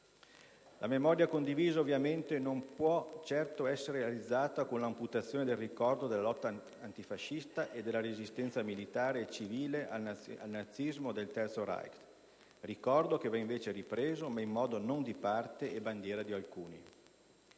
La memoria condivisa, ovviamente, non può certo essere realizzata con l'amputazione del ricordo della lotta antifascista e della resistenza militare e civile al nazismo del Terzo Reich, ricordo che va invece ripreso, ma in modo non di parte e bandiera di alcuni.